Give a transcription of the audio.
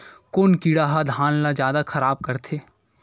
कोन कीड़ा ह धान ल जादा खराब करथे?